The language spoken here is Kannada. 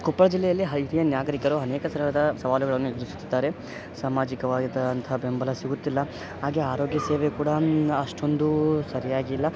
ಕೊಪ್ಪಳ ಜಿಲ್ಲೆಯಲ್ಲಿ ಹಳ್ಳಿಯ ನಾಗರಿಕರು ಅನೇಕ ತರಹದ ಸವಾಲುಗಳನ್ನು ಎದುರಿಸುತ್ತಿದ್ದಾರೆ ಸಾಮಾಜಿಕವಾದಂಥ ಬೆಂಬಲ ಸಿಗುತ್ತಿಲ್ಲ ಹಾಗೆ ಆರೋಗ್ಯ ಸೇವೆ ಕೂಡ ಅಷ್ಟೊಂದು ಸರಿಯಾಗಿಲ್ಲ